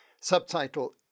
subtitle